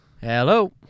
Hello